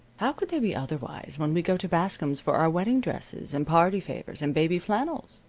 how could they be otherwise when we go to bascom's for our wedding dresses and party favors and baby flannels?